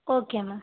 okay ma'am